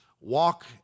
walk